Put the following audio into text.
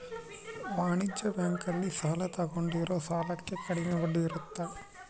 ವಾಣಿಜ್ಯ ಬ್ಯಾಂಕ್ ಅಲ್ಲಿ ಸಾಲ ತಗೊಂಡಿರೋ ಸಾಲಕ್ಕೆ ಕಡಮೆ ಬಡ್ಡಿ ಇರುತ್ತ